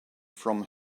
from